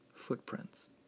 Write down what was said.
footprints